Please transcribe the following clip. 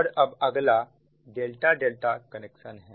और अब अगला ∆∆ कनेक्शन है